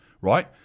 right